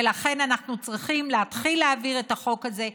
ולכן אנחנו צריכים להתחיל להעביר את החוק הזה.